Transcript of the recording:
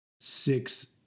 six